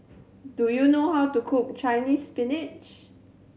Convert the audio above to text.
do you know how to cook Chinese Spinach